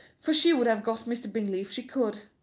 for she would have got mr. bingley if she could.